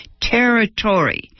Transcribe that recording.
territory